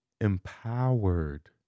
empowered